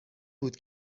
بود